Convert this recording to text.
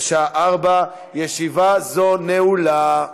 בשעה 16:00. ישיבה זו נעולה.